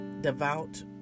devout